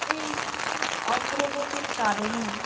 এই অগ্রগতির কারণেই